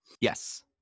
Yes